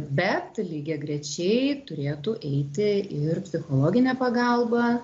bet lygiagrečiai turėtų eiti ir psichologinė pagalba